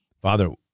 father